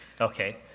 Okay